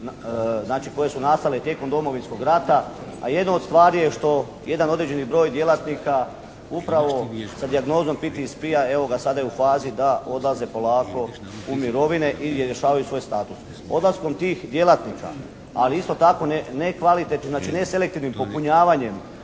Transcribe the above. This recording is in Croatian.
koje su nastale tijekom Domovinskog rata a jedna od stvari je što jedan određeni broj djelatnika upravo sa dijagnozom PTSP-a evo ga sada je u fazi da odlaze polako u mirovine i rješavaju svoj status. Odlaskom tih djelatnika ali isto tako nekvalitetnim znači ne selektivnim popunjavanjem